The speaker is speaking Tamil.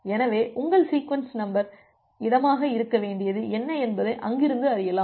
எனவே உங்கள் சீக்வென்ஸ் நம்பர் இடமாக இருக்க வேண்டியது என்ன என்பதை அங்கிருந்து அறியலாம்